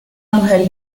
mujer